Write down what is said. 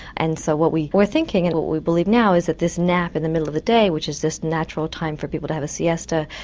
and so what we were thinking and what we believe now is that this nap in the middle of the day which is this natural time for people to have a siesta,